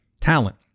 talent